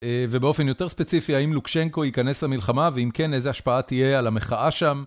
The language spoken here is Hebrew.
ובאופן יותר ספציפי, האם לוקשנקו ייכנס למלחמה, ואם כן, איזו השפעה תהיה על המחאה שם?